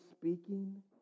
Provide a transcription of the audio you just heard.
speaking